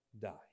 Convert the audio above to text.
die